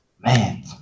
Man